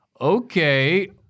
okay